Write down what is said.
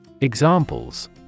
Examples